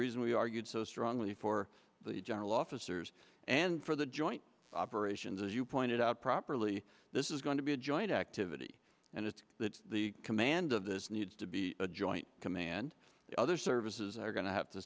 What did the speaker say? reason we argued so strongly for the general officers and for the joint operations as you pointed out properly this is going to be a joint activity and it's that the command of this needs to be a joint command the other services are going to have to